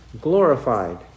glorified